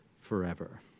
forever